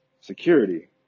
security